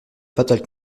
fatale